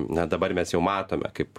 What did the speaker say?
na dabar mes jau matome kaip